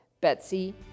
Betsy